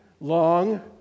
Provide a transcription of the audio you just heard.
long